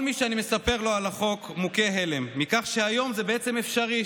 כל מי שאני מספר לו על החוק מוכה הלם מכך שהיום זה בעצם אפשרי,